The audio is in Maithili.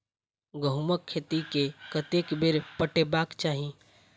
गहुंमक खेत केँ कतेक बेर पटेबाक चाहि?